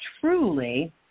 truly –